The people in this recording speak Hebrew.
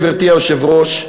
גברתי היושבת-ראש,